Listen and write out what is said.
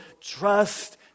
Trust